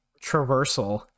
traversal